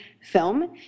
film